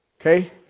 Okay